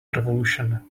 revolution